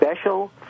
special